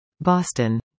Boston